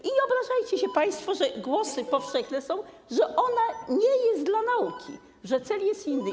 I nie obrażajcie się państwo, że głosy powszechne są takie, że ona nie jest dla nauki, że cel jest inny.